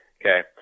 Okay